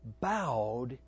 bowed